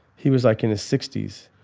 he was like in his sixties.